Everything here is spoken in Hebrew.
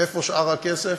איפה שאר הכסף?